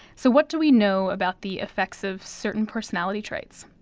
so, what do we know about the effects of certain personality traits?